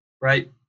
right